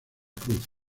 cruz